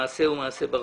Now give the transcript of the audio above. המעשה הוא מעשה ברברי,